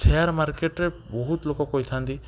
share ମାର୍କେଟରେ ବହୁତ ଲୋକ କହିଥାନ୍ତି